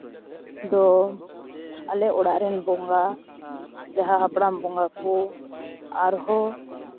ᱫᱚ ᱟᱞᱮ ᱚᱲᱟᱜ ᱨᱮᱱ ᱵᱚᱸᱜᱟ ᱡᱟᱦᱟᱸ ᱦᱟᱯᱲᱟᱢ ᱵᱚᱸᱜᱟ ᱠᱚ ᱟᱨᱦᱚᱸ